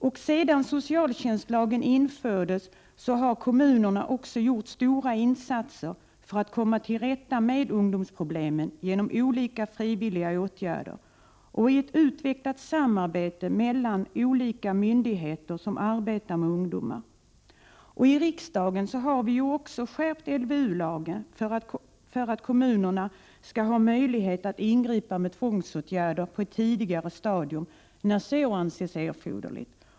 Efter det att socialtjänstlagen infördes har kommunerna gjort stora insatser för att komma till rätta med ungdomsproblemen, genom olika frivilliga åtgärder och i ett utvecklat samarbete mellan olika myndigheter som arbetar med ungdomar. Dessutom har ju vi i riksdagen skärpt LVU-lagen för att kommunerna skall ha möjlighet att ingripa med tvångsåtgärder på ett tidigare stadium när det anses erforderligt.